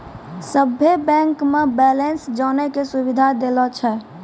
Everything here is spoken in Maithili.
सभे बैंक मे बैलेंस जानै के सुविधा देलो छै